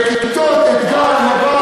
כיתות אתג"ר ומדע